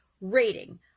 rating